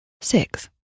six